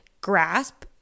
grasp